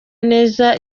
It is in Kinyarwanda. neza